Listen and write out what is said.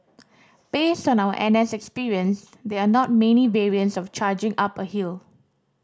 based on our N S experience there are not many variants of charging up a hill